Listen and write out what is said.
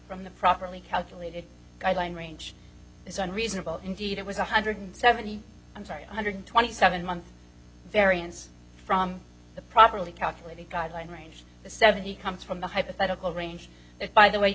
from the properly calculated guideline range is unreasonable indeed it was one hundred seventy i'm sorry under twenty seven months variance from the properly calculated guideline range the seventy comes from the hypothetical range that by the way it